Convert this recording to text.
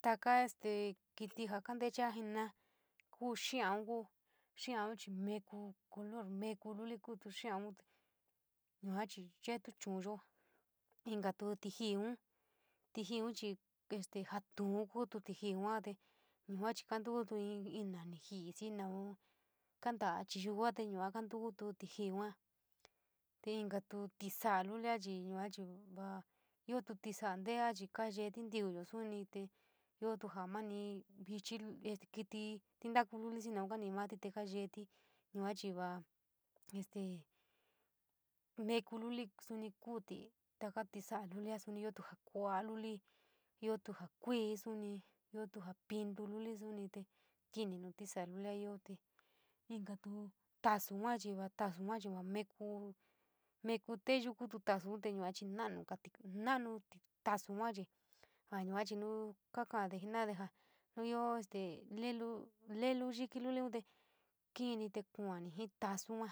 Taka este kiti ja kantache jena´a ku xiauún ku xiauún chi nieku color meku luli kuto xiaun yua chi yeeio chounyo, inka tuo tiniu tiniu chi este patuu kuto tiniu yua chi kantoku in ina ni jip xii naun kantad chi yukaa yua kantoku to tiinu yuu. Te inka tuo tisoa lulia tuo chi vao io tiso anteea kayee tuo tiyuo suni lulia te e, tua jaanuo xii e xik trintou luli, io nou tanii matt te kayet, yua chi va este meku luli samp kuft taka tisoa lulia o son iotu suni ja kouai luli io tuo ja kousani iotu piuin suni te tini nou tisoa lulia too. Inka tuo tisoa yua chi va tisochi va meku meku teuio kuu tiso yuochi na yapatin na na tiso yuachi ja yua ehi nu katade jenou de tuo ja nu io este lulu viki lulu teu tinii te kuani jii taso yua,